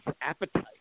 appetite